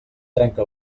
trenca